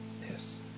Yes